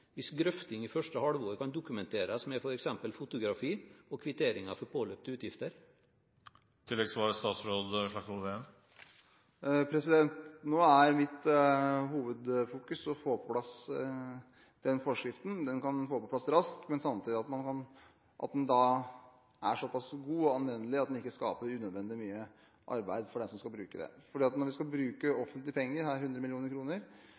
hvis grøfting i første halvår kan dokumenteres med f.eks. fotografi og kvitteringer for påløpte utgifter? Nå er mitt hovedfokus å få på plass forskriften. Den kan fås på plass raskt, men samtidig må den være så god og anvendelig at den ikke skaper unødvendig mye arbeid for dem som skal bruke tilskuddet. Når vi skal bruke offentlige penger – i dette tilfellet 100